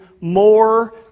more